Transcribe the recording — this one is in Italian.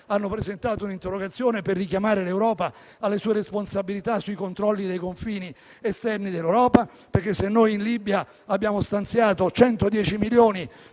hanno presentato un'interrogazione per richiamare l'Europa alle sue responsabilità sui controlli dei confini esterni d'Europa. Infatti, se in Libia abbiamo stanziato 110 milioni